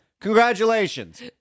Congratulations